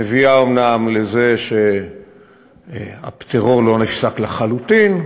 מביאה אומנם לזה שהטרור לא נפסק לחלוטין,